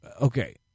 Okay